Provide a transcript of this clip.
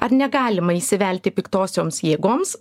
ar negalima įsivelti piktosioms jėgoms